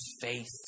faith